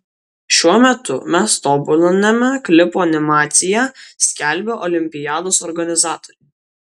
šiuo metu mes tobuliname klipo animaciją skelbia olimpiados organizatoriai